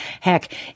heck